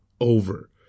over